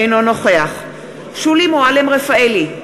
אינו נוכח שולי מועלם-רפאלי,